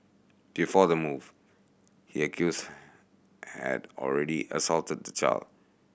before the move he accused had already assaulted the child